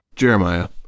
Jeremiah